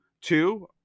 Two